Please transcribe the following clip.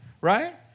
right